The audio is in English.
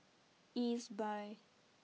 Ezbuy